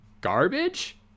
garbage